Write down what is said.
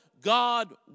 God